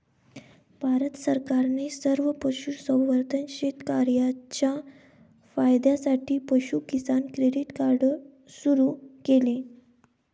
भारत सरकारने सर्व पशुसंवर्धन शेतकर्यांच्या फायद्यासाठी पशु किसान क्रेडिट कार्ड सुरू केले